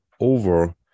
over